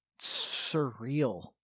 surreal